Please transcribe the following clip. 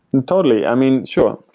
totally. i mean, sure.